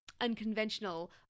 unconventional